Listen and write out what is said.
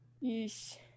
yes